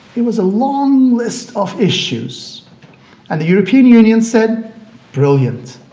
it was a long list of issues and the european union said brilliant!